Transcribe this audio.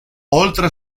oltre